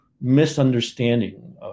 misunderstanding